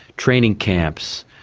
training counts,